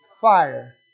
fire